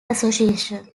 association